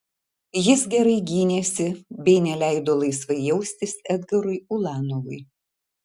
jis gerai gynėsi bei neleido laisvai jaustis edgarui ulanovui